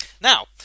Now